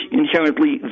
inherently